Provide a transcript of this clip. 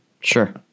Sure